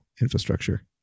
infrastructure